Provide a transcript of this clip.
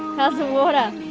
and the water?